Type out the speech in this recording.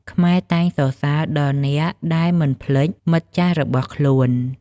ខ្មែរតែងសរសើរដល់អ្នកដែលមិនភ្លេចមិត្តចាស់របស់ខ្លួន។